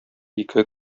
ике